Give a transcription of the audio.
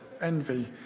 envy